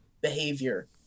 behavior